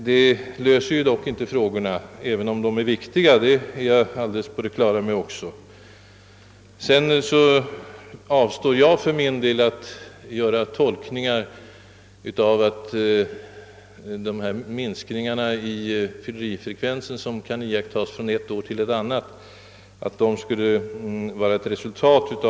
De löser emellertid inte frågorna, även om de är mycket viktiga, vilket jag är helt på det klara med att de är som förutsättning för problemens lösning. Sedan skall jag för min del avstå från att göra några tolkningar av de siffror som visar en viss minskning i fyllerifrekvensen bland ungdom, iakttagen från ett år — 1965 — till ett år senare.